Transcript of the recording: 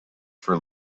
for